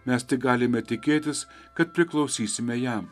mes tik galime tikėtis kad priklausysime jam